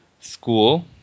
school